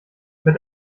mit